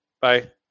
bye